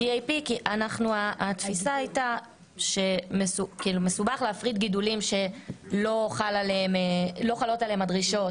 התפיסה הייתה שמסובך להפריד גידולים שלא חלות עליהם הדרישות.